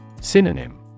Synonym